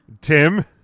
Tim